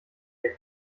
der